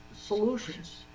solutions